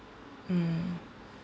mm